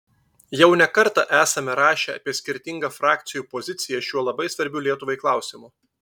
jau ne kartą esame rašę apie skirtingą frakcijų poziciją šiuo labai svarbiu lietuvai klausimu